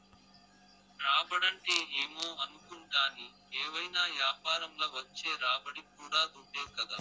రాబడంటే ఏమో అనుకుంటాని, ఏవైనా యాపారంల వచ్చే రాబడి కూడా దుడ్డే కదా